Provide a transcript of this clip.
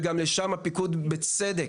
וגם לשם הפיקוד, ובצדק,